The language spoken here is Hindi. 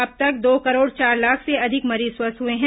अब तक दो करोड़ चार लाख से अधिक मरीज स्वस्थ हुए हैं